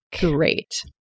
Great